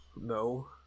No